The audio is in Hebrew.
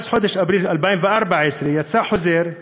בחודש אפריל 2014 יצא חוזר,